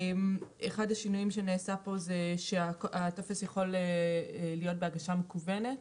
אחד השינויים הוא שהטופס יכול להימסר גם בהגשה מקוונת.